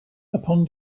upon